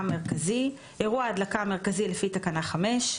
המרכזי" אירוע ההדלקה המרכזי לפי תקנה 5,